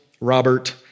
Robert